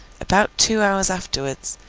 about two hours afterwards,